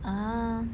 ah